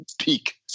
peak